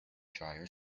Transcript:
dryer